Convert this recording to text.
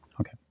Okay